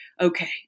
okay